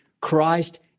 Christ